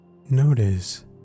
notice